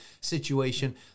situation